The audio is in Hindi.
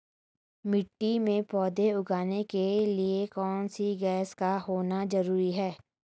मिट्टी में पौधे उगाने के लिए कौन सी गैस का होना जरूरी है?